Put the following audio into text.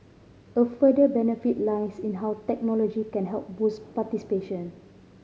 a further benefit lies in how technology can help boost participation